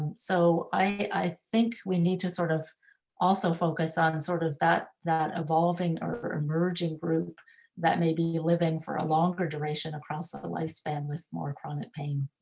so i think we need to sort of also focus on and sort of that, that evolving or emerging group that may be living for a longer duration across the lifespan with more chronic pain.